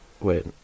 wait